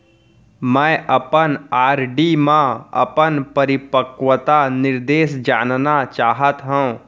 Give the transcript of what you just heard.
मै अपन आर.डी मा अपन परिपक्वता निर्देश जानना चाहात हव